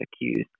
accused